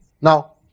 Now